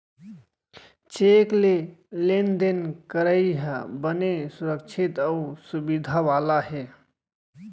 cheque ले लेन देन करई ह बने सुरक्छित अउ सुबिधा वाला हे